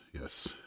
yes